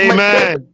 Amen